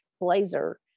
blazer